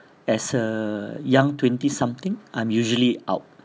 as a young twenty something I'm usually out